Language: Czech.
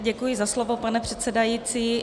Děkuji za slovo, pane předsedající.